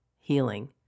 healing